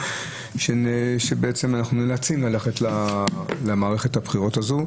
בעצם אנחנו נאלצים ללכת למערכת הבחירות הזאת,